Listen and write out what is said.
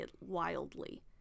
wildly